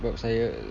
sebab saya